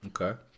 Okay